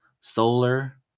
Solar